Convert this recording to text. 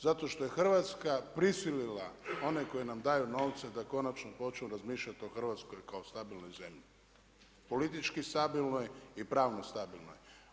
Zato što je Hrvatska prisilila one koji nam daju novce da konačno počnu razmišljat o Hrvatskoj kao stabilnoj zemlji, politički stabilnoj i pravno stabilnoj.